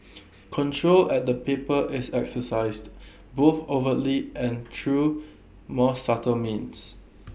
control at the paper is exercised both overtly and through more subtle means